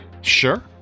Sure